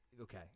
okay